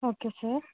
okay sir